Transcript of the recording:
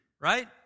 right